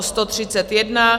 131.